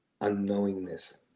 unknowingness